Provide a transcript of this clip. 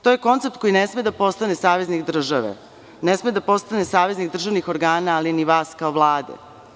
To je koncept koji ne sme da postane saveznik države, ne sme da postane saveznik državnih organa, ali ni vas kao Vlade.